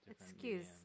Excuse